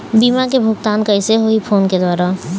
बीमा के भुगतान कइसे होही फ़ोन के द्वारा?